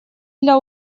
для